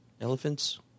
Elephants